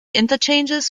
interchanges